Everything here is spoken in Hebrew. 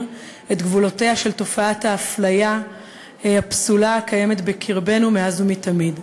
את גבולותיה של תופעת האפליה הפסולה הקיימת בקרבנו מאז ומתמיד,